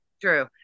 True